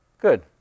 Good